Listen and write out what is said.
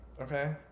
okay